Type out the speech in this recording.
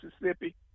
Mississippi